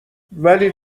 ولی